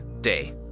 day